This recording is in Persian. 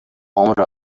عمر